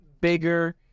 bigger